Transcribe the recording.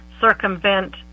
circumvent